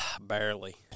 Barely